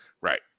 right